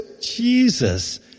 Jesus